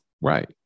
Right